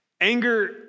anger